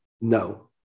No